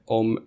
om